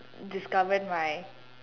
discovered my